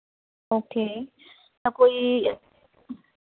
okay ਕੋਈ